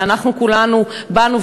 ואנחנו כולנו באנו,